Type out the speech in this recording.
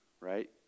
right